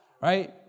right